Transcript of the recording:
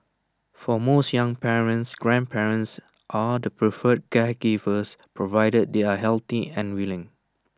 for most young parents grandparents are the preferred caregivers provided they are healthy and willing